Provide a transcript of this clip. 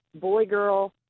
boy-girl